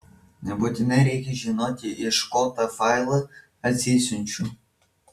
nebūtinai reikia žinoti iš ko tą failą atsisiunčiu